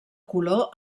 color